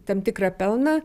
tam tikrą pelną